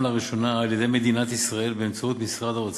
לראשונה על-ידי מדינת ישראל באמצעות משרד האוצר,